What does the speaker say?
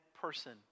person